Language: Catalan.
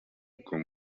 com